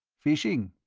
fishing?